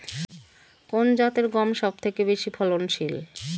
কোন জাতের গম সবথেকে বেশি ফলনশীল?